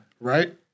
Right